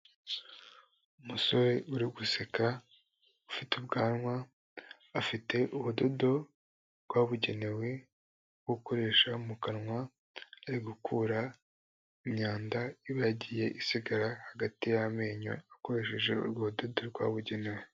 Umusore uri guseka ufite ubwanwa, afite ubudodo bwabugenewe bwo gukoresha mu kanwa, ari gukura imyanda iba yagiye isigara hagati y'amenyo, akoresheje urwo rudodo rwabugenewe.